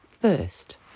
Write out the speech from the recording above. first